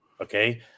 Okay